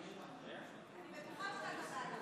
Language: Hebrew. אני בטוחה שאתה בעדה.